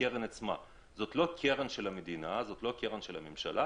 זאת לא קרן של המדינה או הממשלה,